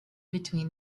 between